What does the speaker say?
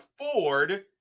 afford